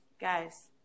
guys